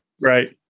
right